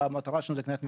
מטרתם לא הקניית מיומנויות,